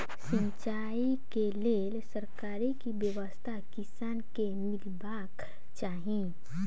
सिंचाई केँ लेल सरकारी की व्यवस्था किसान केँ मीलबाक चाहि?